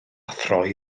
throi